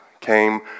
came